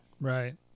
Right